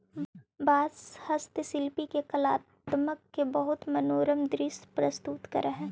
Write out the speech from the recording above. बाँस हस्तशिल्पि के कलात्मकत के बहुत मनोरम दृश्य प्रस्तुत करऽ हई